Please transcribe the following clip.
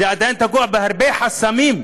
זה עדיין תקוע, והרבה חסמים.